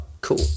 Cool